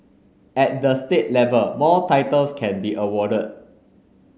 at the state level more titles can be awarded